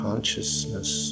Consciousness